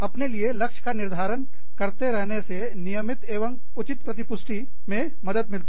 अपने लिए लक्ष्य का निर्धारण करते रहने से नियमित एवं उचित प्रति पुष्टि में मदद मिलती है